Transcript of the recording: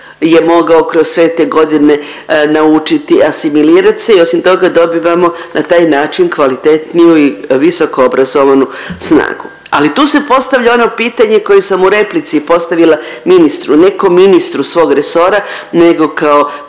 je mogao kroz sve te godine naučiti, asimilirat se i osim toga dobivamo na taj način kvalitetniju i visoko obrazovanu snagu. Ali tu se postavlja ono pitanje koje sam u replici postavili ministru, ne ko ministru svog resora nego kao